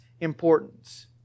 importance